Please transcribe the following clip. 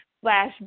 slash